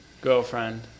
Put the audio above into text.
girlfriend